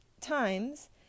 times